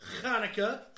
Hanukkah